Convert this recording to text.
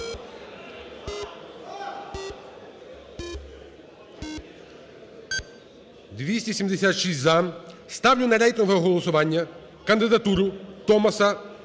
276-за. Ставлю на рейтингове голосування кандидатуру Томаса